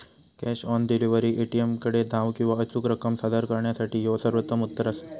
cash on delivery, ए.टी.एमकडे धाव किंवा अचूक रक्कम सादर करणा यासाठी ह्यो सर्वोत्तम उत्तर असा